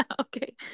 Okay